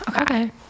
Okay